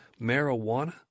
marijuana